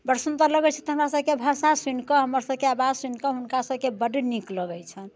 बड़ सुन्दर लगै छै तऽ हमर सबके भाषा सुनिकऽ हमर सबके आवाज सुनिकऽ हुनका सबके बड़ नीक लगै छनि